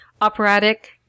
operatic